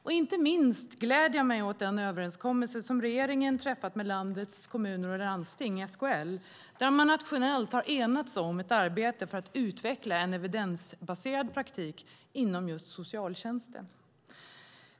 Alldeles särskilt gläder jag mig åt den överenskommelse som regeringen träffat med landets kommuner och landsting, SKL. Där har man nationellt enats om ett arbete för att utveckla en evidensbaserad praktik inom just socialtjänsten.